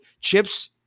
chips –